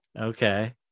Okay